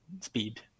speed